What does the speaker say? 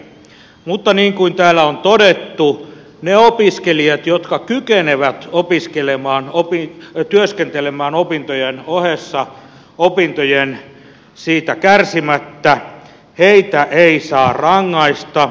mutta niin kuin täällä on todettu niitä opiskelijoita jotka kykenevät työskentelemään opintojen ohessa opintojen siitä kärsimättä ei saa rangaista